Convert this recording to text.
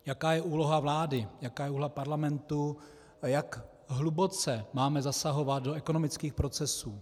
Jaká je úloha vlády, jaká je úloha parlamentu a jak hluboce máme zasahovat do ekonomických procesů.